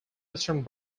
eastern